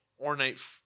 ornate